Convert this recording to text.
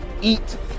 eat